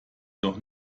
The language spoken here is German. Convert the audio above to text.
doch